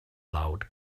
loud